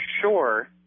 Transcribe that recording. sure